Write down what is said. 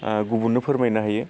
गुबुननो फोरमायनो हायो